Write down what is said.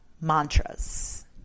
Mantras